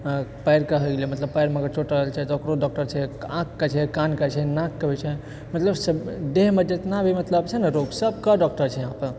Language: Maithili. पैर कहलियै मतलबमे रखिऔ तऽ ओकरो डॉक्टर छै आँखिके छै कानके छै नाकके भी छै मतलब सब देहमे जेतना भी मतलब छै ने रोग सबके डॉक्टर छै वहाँ पर